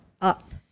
up